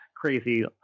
crazy